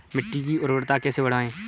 मिट्टी की उर्वरता कैसे बढ़ाएँ?